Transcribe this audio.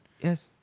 Yes